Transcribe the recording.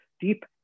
deep